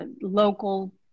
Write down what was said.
local